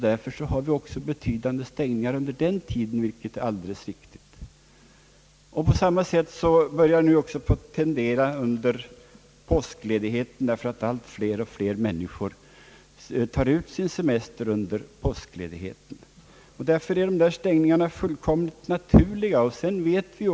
Därför har vi omfattande stängningar också under den tiden, vilket är alldeles riktigt. Tendensen börjar bli densamma även under påskledigheten. Allt fler och fler människor tar ut sin semester under påskledigheten, och det blir därför naturligt att stänga även under den tiden.